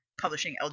publishing